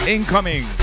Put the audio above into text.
Incoming